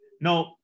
No